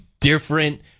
different